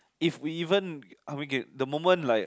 if we even are we get the moment like